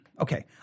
okay